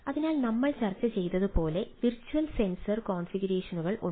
അതിനാൽ നമ്മൾ ചർച്ച ചെയ്തതുപോലെ വിർച്വൽ സെൻസർ കോൺഫിഗറേഷനുകൾ ഉണ്ട്